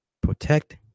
protect